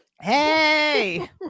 hey